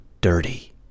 dirty